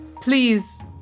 please